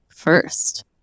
first